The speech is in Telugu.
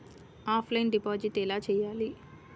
ఆఫ్లైన్ డిపాజిట్ ఎలా చేయాలి?